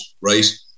Right